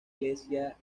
iglesia